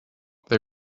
they